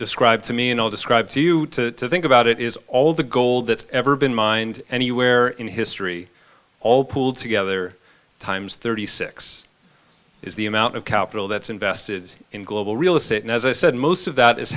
described to me and i'll describe to you to think about it is all the gold that's ever been mined anywhere in history all pooled together times thirty six dollars is the amount of capital that's invested in global real estate and as i said most of that is